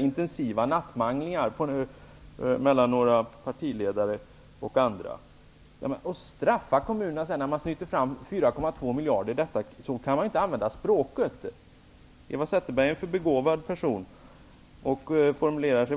intensiva nattmanglingar vid vilka bl.a. några partiledare var närvarande. Att säga att kommunerna straffas när det ''snyts fram'' 4,2 miljarder kronor till kommunerna är fel sätt att använda språket på. Eva Zetterberg är en för begåvad person för att använda språket så.